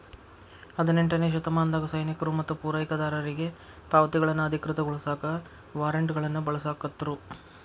ಹದಿನೆಂಟನೇ ಶತಮಾನದಾಗ ಸೈನಿಕರು ಮತ್ತ ಪೂರೈಕೆದಾರರಿಗಿ ಪಾವತಿಗಳನ್ನ ಅಧಿಕೃತಗೊಳಸಾಕ ವಾರ್ರೆಂಟ್ಗಳನ್ನ ಬಳಸಾಕತ್ರು